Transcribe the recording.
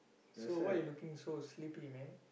so why you looking so sleepy man